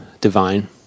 divine